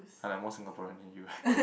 I like more Singaporean than you leh